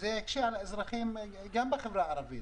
וזה יקשה על האזרחים גם בחברה הערבית,